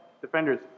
Defenders